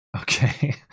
Okay